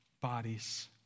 bodies